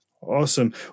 Awesome